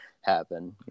happen